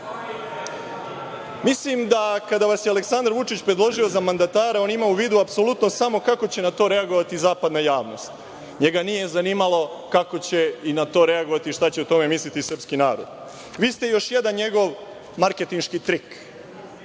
straha. Mislim da, kada vas je Aleksandar Vučić predložio za mandatara, je imao u vidu apsolutno samo kako će na to reagovati zapadna javnost. NJega nije zanimalo kako će na to reagovati i šta će o tome misliti srpski narod. Vi ste još jedan njegov marketinški